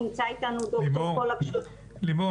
נמצא איתנו ד"ר פולק --- לימור,